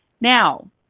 Now